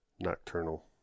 nocturnal